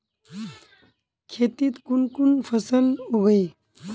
खेतीत कुन कुन फसल उगेई?